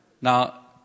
Now